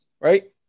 right